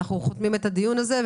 אנחנו חותמים את הדיון הזה,